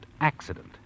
accident